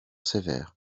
sévère